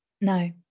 no